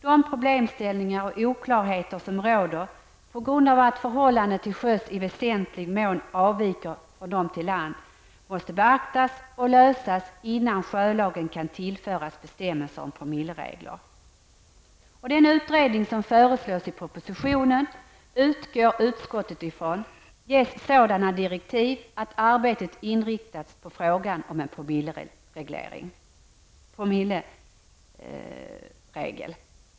De problemställningar och oklarheter som råder på grund av att förhållanden till sjöss i väsentlig mån avviker från dem på land, måste beaktas och lösas innan sjölagen kan tillföras bestämmelser om promilleregler. I den utredning som föreslås i propositionen, och som utskottet utgår från, ges sådana direktiv att arbetet inriktas på frågan om en promilleregel.